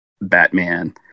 Batman